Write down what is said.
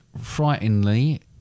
frighteningly